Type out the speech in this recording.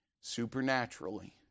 supernaturally